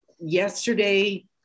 yesterday